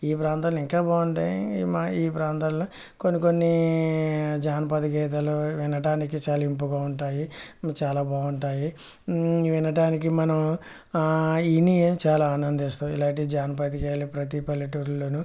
ఈ ప్రాంతంలో ఇంకా బాగుంటాయి ఈ ప్రాంతాలలో కొన్ని కొన్ని జానపద గీతాలు వినడానికి చాలా ఇంపుగా ఉంటాయి చాలా బాగుంటాయి వినటానికి మనం విని చాలా ఆనందిస్తాము ఇలాంటి జానపద గేయాలు ప్రతి పల్లెటూర్లలో